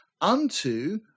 unto